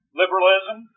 liberalism